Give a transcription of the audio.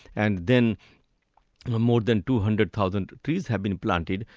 and then more than two hundred thousand trees have been planted,